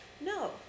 No